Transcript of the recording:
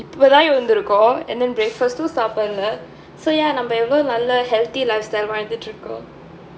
வந்து இருக்கோம்:vanthu irukkom and then breakfast சாப்பிடல:saappidala so ya நம்ம வந்து:namma vanthu healthy lifestyle வாழ்ந்துட்டு இருக்கோம்:vaalthuttu irukkom